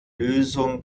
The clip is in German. lösung